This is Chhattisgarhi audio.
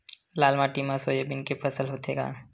लाल माटी मा सोयाबीन के फसल होथे का?